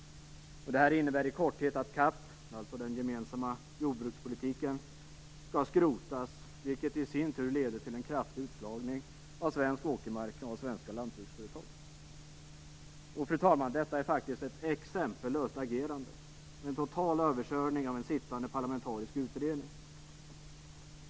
Det innebär i korthet att CAP, alltså den gemensamma jordbrukspolitiken, skall skrotas, vilket i sin tur leder till en kraftig utslagning av svensk åkermark och av svenska lantbruksföretag. Fru talman! Detta är faktiskt ett exempellöst agerande. Det är en total överkörning av den sittande parlamentariska utredningen.